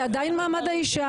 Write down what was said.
זה עדיין מעמד האישה.